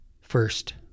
first